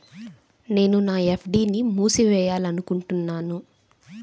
నేను నా ఎఫ్.డీ ని మూసివేయాలనుకుంటున్నాను